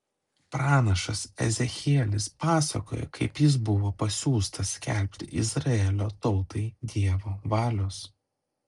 pranašas ezechielis pasakoja kaip jis buvo pasiųstas skelbti izraelio tautai dievo valios